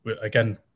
again